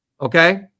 Okay